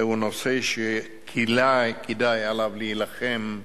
זה נושא שעליו כדאי להילחם,